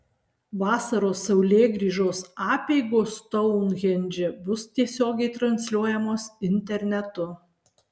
vasaros saulėgrįžos apeigos stounhendže bus tiesiogiai transliuojamos internetu